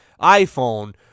iPhone